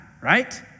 right